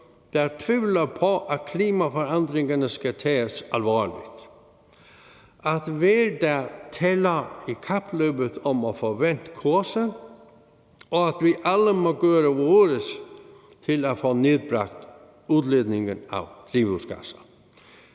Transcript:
der tvivler på, at klimaforandringerne skal tages alvorligt, at hver dag tæller i kapløbet om at få vendt kursen, og at vi alle må gøre vores til at få nedbragt udledningen af drivhusgasser.